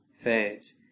fades